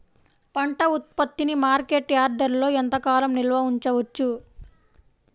పంట ఉత్పత్తిని మార్కెట్ యార్డ్లలో ఎంతకాలం నిల్వ ఉంచవచ్చు?